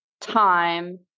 time